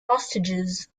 hostages